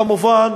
כמובן,